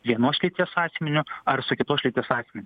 vienos lyties asmeniu ar su kitos lyties asmeniu